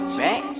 back